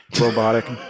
robotic